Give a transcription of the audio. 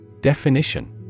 Definition